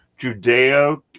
Judeo